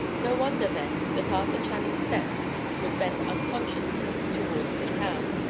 no wonder, then, that arthur channing's steps would bend unconsciously towards the town,